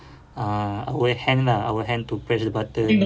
uh our hand lah our hand to press the button